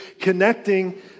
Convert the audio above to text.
connecting